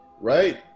right